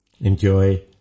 enjoy